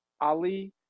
Ali